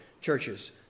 churches